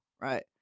right